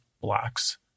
blocks